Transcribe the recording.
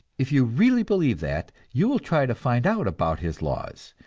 if you really believe that, you will try to find out about his laws,